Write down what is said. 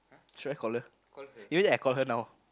should I call imagine I call her now